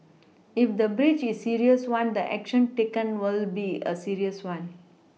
if the breach is a serious one the action taken will be a serious one